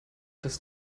dass